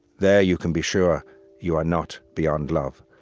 there you can be sure you are not beyond love.